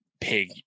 pig